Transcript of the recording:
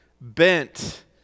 bent